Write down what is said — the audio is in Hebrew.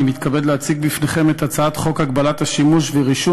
אני מתכבד להציג בפניכם את הצעת חוק הגבלת השימוש ורישום